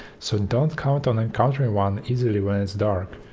so don't count on encountering one easily when it's dark.